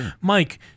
Mike